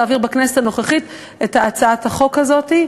להעביר בכנסת הנוכחית את הצעת החוק הזאת.